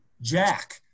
Jack